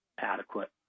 adequate